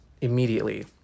immediately